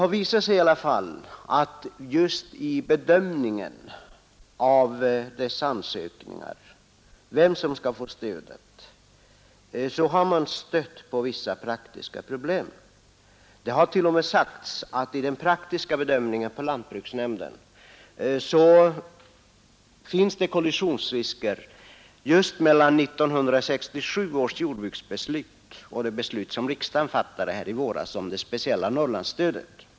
När man bedömt dessa ansökningar för att avgöra vem som skall få stödet, har man mött vissa praktiska problem. Det har sagts att det vid den praktiska bedömningen visat sig finnas risker för kollision mellan 1967 års jordbruksbeslut och det beslut som riksdagen fattade i våras om det speciella Norrlandsstödet.